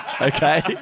okay